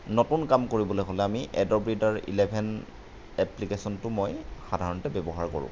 নতুন কাম কৰিবলৈ হ'লে আমি এডব ৰিডাৰ ইলেভেন এপ্লিকেচনটো মই সাধাৰণতে ব্যৱহাৰ কৰোঁ